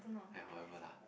aiya whatever lah